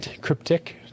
cryptic